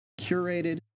curated